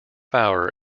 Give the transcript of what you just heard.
hour